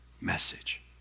message